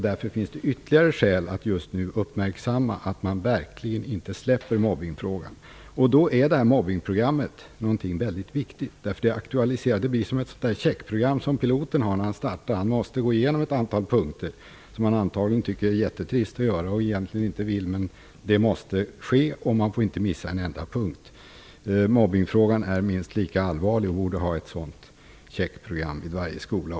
Därför finns det ytterligare skäl att nu inte släppa mobbningsfrågan. Då är mobbningsprogrammet viktigt. Det blir som det checkprogram piloten har när han skall starta. Han måste gå igenom ett antal punkter som han egentligen tycker är jättetrista och inte vill göra, men det måste ske och man får inte missa en enda punkt. Mobbningsfrågan är minst lika allvarlig och borde ha ett sådant checkprogram vid varje skola.